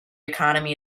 economy